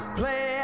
play